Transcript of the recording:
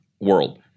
world